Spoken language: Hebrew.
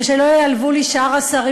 ושלא ייעלבו לי שאר השרים,